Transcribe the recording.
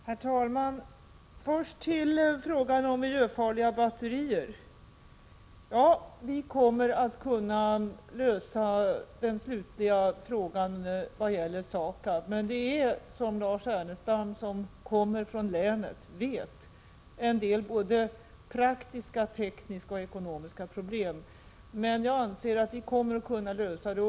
Herr talman! Först beträffande frågan om miljöfarliga batterier: Ja, vi kommer att kunna lösa den slutliga frågan vad gäller SAKAB. Men som Lars Ernestam, som kommer från det aktuella länet vet, finns det en hel del både praktiska, tekniska och ekonomiska problem. Jag anser emellertid att vi kommer att kunna lösa dem.